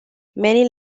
many